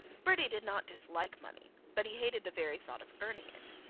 bertie did not dislike money, but he hated the very thought of earning it.